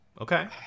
Okay